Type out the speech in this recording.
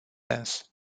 sens